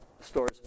stores